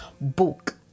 book